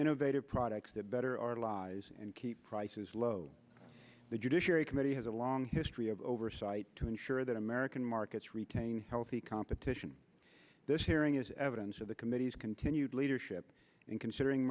innovative products that better our allies and keep prices low the judiciary committee has a long history of oversight to ensure that american markets retain healthy competition this hearing is evidence of the committee's continued leadership in considering